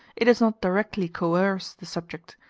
it does not directly coerce the subject,